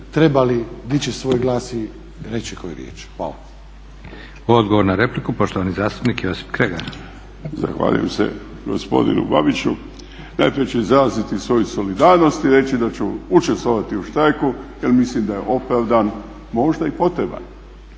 trebali dići svoj glas i reći koju riječ. Hvala. **Leko, Josip (SDP)** Odgovor na repliku poštovani zastupnik Josip Kregar. **Kregar, Josip (Nezavisni)** Zahvaljujem se gospodinu Babiću. Najprije ću izraziti svoju solidarnost i reći da ću učestvovati u štrajku jer mislim da je opravdan, možda i potreban